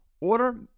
Order